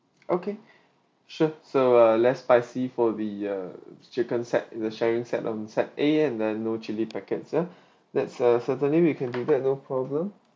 okay sure so uh less spicy for the uh chicken set the sharing set on set A and then no chilli packets ya that's uh certainly we can do that no problem